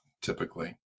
typically